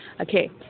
Okay